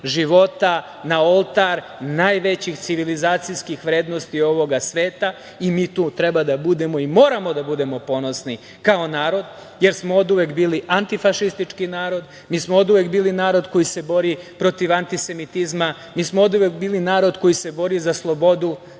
života na oltar najvećih civilizacijskih vrednosti ovoga sveta i mi tu treba da budemo i moramo da budemo ponosni kao narod, jer smo oduvek bili antifašistički narod, mi smo oduvek bili narod koji se bori protiv antisemitizma, mi smo oduvek bili narod koji se bori za slobodu, za